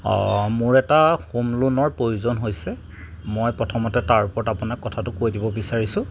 অঁ মোৰ এটা হোম ল'নৰ প্ৰয়োজন হৈছে মই প্ৰথমতে তাৰ ওপৰত আপোনাক কথাটো কৈ দিব বিচাৰিছোঁ